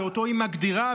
שאותו היא מגדירה,